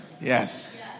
Yes